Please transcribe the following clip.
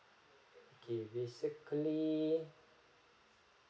okay basically